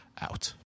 out